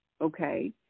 okay